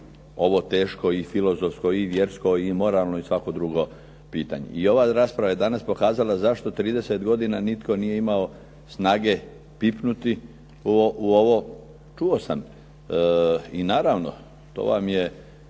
ovo teško i filozofsko i vjersko i moralno i svako drugo pitanje. I ova rasprava je danas pokazala zašto 30 godina nitko nije imao snage pipnuti u ovo. Čuo sam i naravno, to vam je